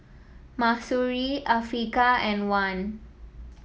Mahsuri Afiqah and Wan